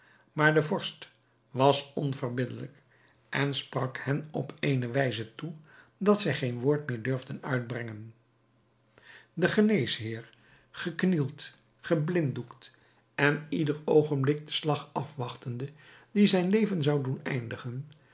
maar de vorst was onverbiddelijk en sprak hen op eene wijze toe dat zij geen woord meer durfden uitbrengen de geneesheer geknield geblinddoekt en ieder oogenblik den slag afwachtende die zijn leven zou doen eindigen